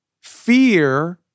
Fear